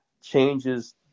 changes